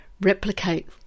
replicate